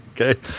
okay